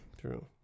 True